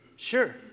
Sure